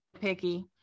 picky